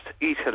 Italy